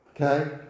Okay